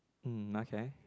mm okay